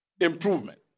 improvement